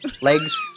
legs